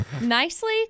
Nicely